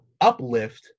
uplift